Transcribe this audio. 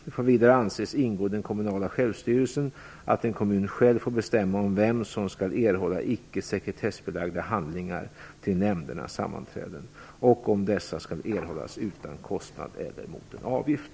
Det får vidare anses ingå i den kommunala självstyrelsen att en kommun själv får bestämma om vem som skall erhålla icke sekretessbelagda handlingar till nämndernas sammanträden och om dessa skall erhållas utan kostnad eller mot en avgift.